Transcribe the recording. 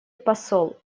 посол